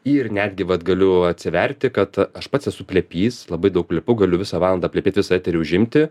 ir netgi vat galiu atsiverti kad aš pats esu plepys labai daug plepu galiu visą valandą plepėt visą eterį užimti